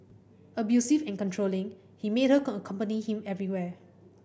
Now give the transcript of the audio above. abusive and controlling he made her accompany him everywhere